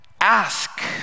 Ask